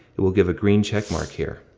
it will give a green checkmark here.